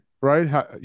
right